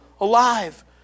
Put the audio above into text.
Alive